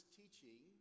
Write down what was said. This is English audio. teaching